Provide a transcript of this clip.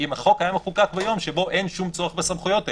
אם החוק היה מחוקק ביום שבו אין שום צורך בסמכויות האלה.